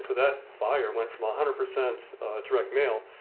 that buyer went from a hundred percent direct mail,